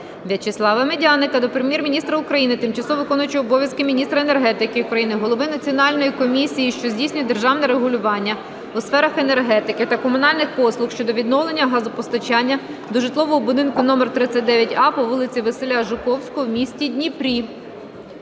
В'ячеслава Медяника до Прем'єр-міністра України, тимчасово виконуючої обов'язки міністра енергетики України, голови Національної комісії, що здійснює державне регулювання у сферах енергетики та комунальних послуг щодо відновлення газопостачання до житлового будинку №39а по вулиці Василя Жуковського в місті Дніпрі.